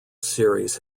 series